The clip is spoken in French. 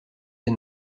des